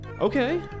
Okay